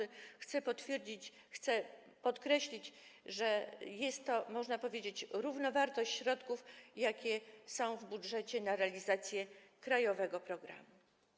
Chcę podkreślić, że jest to, można powiedzieć, równowartość środków, jakie są w budżecie na realizację krajowego programu.